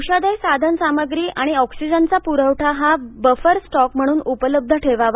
औषधे साधनसामग्री आणि ऑक्सिजनचा पुरवठा हा बफर स्टॉक म्हणून उपलब्ध ठेवावा